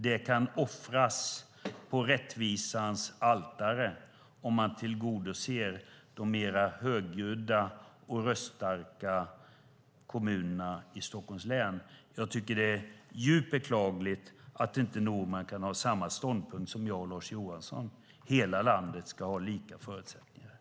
Det kan offras på rättvisans altare, och man tillgodoser de mer högljudda och röststarka kommunerna i Stockholms län. Jag tycker att det är djupt beklagligt att inte Norman kan ha samma ståndpunkt som jag och Lars Johansson: Hela landet ska ha lika förutsättningar.